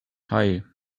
hei